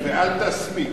ואל תסמיק.